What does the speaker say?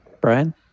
Brian